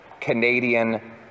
Canadian